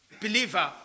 believer